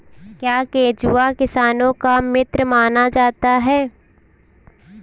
क्या केंचुआ किसानों का मित्र माना जाता है?